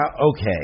okay